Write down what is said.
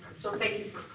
so thank